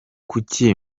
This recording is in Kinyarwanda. kuki